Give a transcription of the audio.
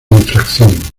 infracción